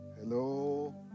Hello